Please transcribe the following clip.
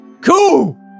Cool